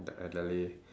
d~ Adelaide